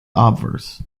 obverse